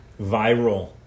viral